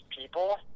people